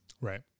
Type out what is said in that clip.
Right